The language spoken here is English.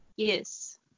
yes